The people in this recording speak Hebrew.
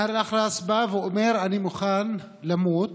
מאהר אל-אח'רס בא ואומר: אני מוכן למות